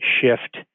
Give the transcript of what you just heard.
shift